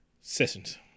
Sessions